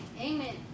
Amen